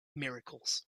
miracles